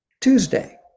Tuesday